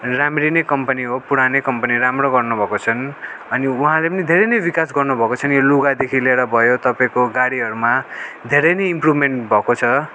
राम्रै नै कम्पनी हो राम्रो गर्नु भएको छन् अनि उहाँले पनि धेरै नै विकास गर्नु भएको छन् यो लुगादेखि लिएर भयो तपाईँको गाडीहरूमा धेरै नै इम्प्रोभमेन्ट भएको छ